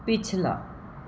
ਪਿਛਲਾ